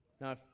Now